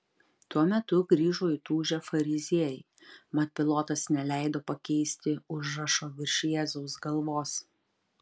tuo metu grįžo įtūžę fariziejai mat pilotas neleido pakeisti užrašo virš jėzaus galvos